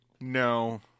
No